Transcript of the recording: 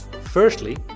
Firstly